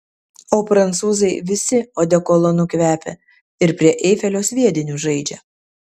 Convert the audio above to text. o prancūzai visi odekolonu kvepia ir prie eifelio sviediniu žaidžia